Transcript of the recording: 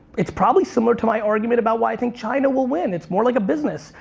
it's probably similar to my argument about why think china will win. it's more like a business.